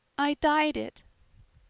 i dyed it.